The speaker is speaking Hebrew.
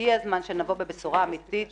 הגיע הזמן שנבוא עם בשורה אמיתית